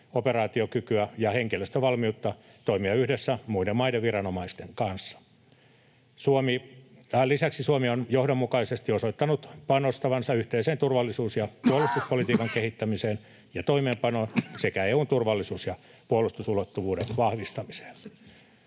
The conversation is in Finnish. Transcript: yhteisoperaatiokykyä ja henkilöstön valmiutta toimia yhdessä muiden maiden viranomaisten kanssa. Lisäksi Suomi on johdonmukaisesti osoittanut panostavansa yhteisen turvallisuus- ja puolustuspolitiikan kehittämiseen ja toimeenpanoon sekä EU:n turvallisuus- ja puolustusulottuvuuden vahvistamiseen.